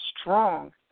strong